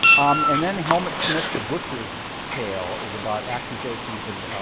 um and then helmut smith's the butcher's tale is about accusations of